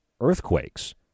earthquakes